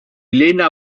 lena